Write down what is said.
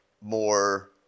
more